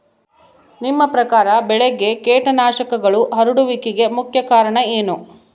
ನಿಮ್ಮ ಪ್ರಕಾರ ಬೆಳೆಗೆ ಕೇಟನಾಶಕಗಳು ಹರಡುವಿಕೆಗೆ ಮುಖ್ಯ ಕಾರಣ ಏನು?